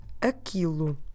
aquilo